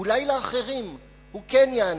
אולי לאחרים הוא כן יענה.